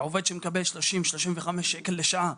העובד שמקבל 35-30 שקל לשעה,